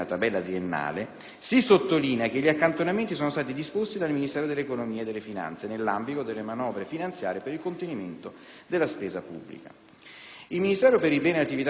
si sottolinea che gli accantonamenti sono stati disposti dal Ministero dell'economia e delle finanze nell'ambito delle manovre finanziarie per il contenimento della spesa pubblica.